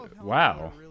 Wow